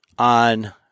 On